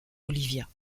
olivia